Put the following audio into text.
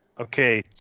Okay